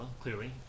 clearly